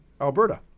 Alberta